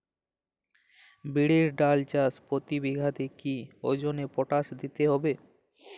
বিরির ডাল চাষ প্রতি বিঘাতে কি ওজনে পটাশ দিতে হবে?